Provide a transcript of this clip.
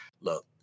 Look